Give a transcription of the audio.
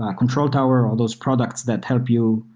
ah control tower, all those products that help you,